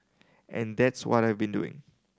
and that's what I've been doing